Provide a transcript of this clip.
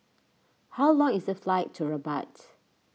how long is the flight to Rabat